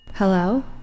Hello